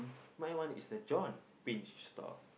my one is the John pinch store